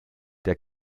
der